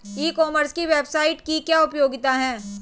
ई commerce की website की क्या उपयोगिता है?